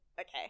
okay